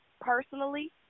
personally